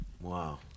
Wow